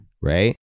right